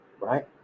right